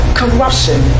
corruption